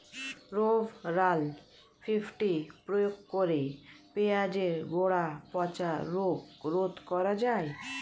Rovral fifty প্রয়োগ করে পেঁয়াজের গোড়া পচা রোগ রোধ করা যায়?